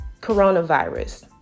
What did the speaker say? coronavirus